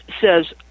says